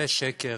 זה שקר.